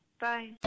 bye